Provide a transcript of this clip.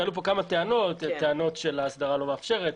עלו פה כמה טענות: טענות שההסדרה לא מאפשרת,